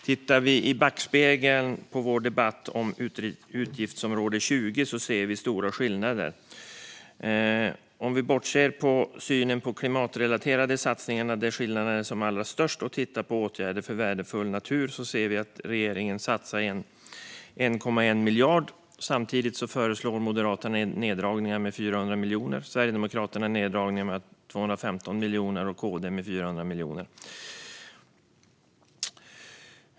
Tittar vi i backspegeln på vår debatt om utgiftsområde 20 ser vi stora skillnader. Om vi bortser från synen på klimatrelaterade satsningar, där skillnaderna är som allra störst, och tittar på åtgärder för värdefull natur ser vi att regeringen satsar 1,1 miljard. Samtidigt föreslår Moderaterna neddragningar med 400 miljoner, Sverigedemokraterna med 215 miljoner och KD med 400 miljoner.